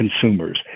consumers